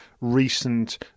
recent